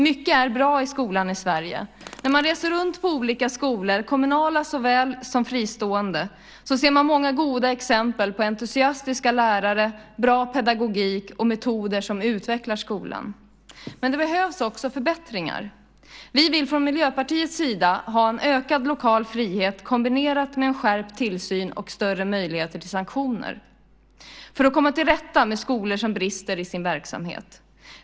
Mycket är bra i skolan i Sverige. När man reser runt på olika skolor, kommunala såväl som fristående, ser man många goda exempel på entusiastiska lärare, bra pedagogik och metoder som utvecklar skolan. Men det behövs också förbättringar. Vi vill från Miljöpartiets sida ha en ökad lokal frihet kombinerat med en skärpt tillsyn och större möjligheter till sanktioner för att komma till rätta med skolor som brister i sin verksamhet.